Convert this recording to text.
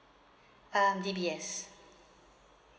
uh D_B_S